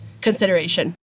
consideration